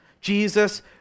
Jesus